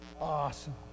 awesome